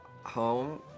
home